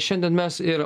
šiandien mes ir